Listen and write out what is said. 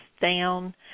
down